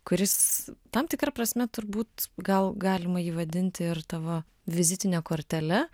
kuris tam tikra prasme turbūt gal galima jį vadinti ir tavo vizitine kortele